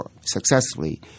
successfully